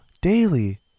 daily